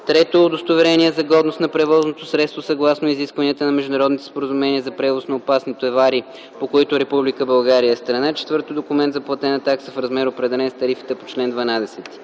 3. удостоверение за годност на превозното средство, съгласно изискванията на международните споразумения за превоз на опасни товари, по които Република България е страна; 4. документ за платена такса в размер, определен с тарифата по чл. 12.